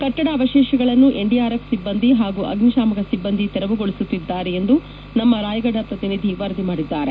ಕಟ್ಟಡ ಅವಶೇಷಗಳನ್ನು ಎನ್ಡಿಆರ್ಎಫ್ ಸಿಬ್ಬಂದಿ ಪಾಗೂ ಅಗ್ನಿಶಾಮಕ ಸಿಬ್ಬಂದಿ ತೆರವುಗೊಳಿಸುತ್ತಿದ್ದಾರೆ ಎಂದು ನಮ್ಮ ರಾಯ್ಗಢ ಪ್ರತಿನಿಧಿ ವರದಿ ಮಾಡಿದ್ದಾರೆ